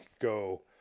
go